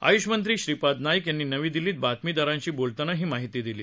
आय्षमंत्री श्रीपाद नाईक यांनी नवी दिल्लीत बातमीदारांशी बोलताना ही माहिती दिली